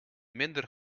minder